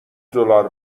دلار